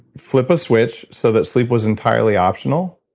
flip a switch so that sleep was entirely optional,